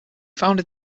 founded